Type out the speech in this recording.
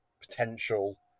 potential